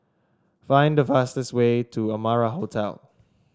find the fastest way to Amara Hotel